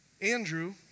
Andrew